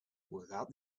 without